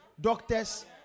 doctors